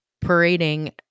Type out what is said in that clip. parading